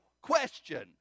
Question